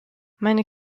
meine